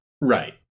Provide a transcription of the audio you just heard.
Right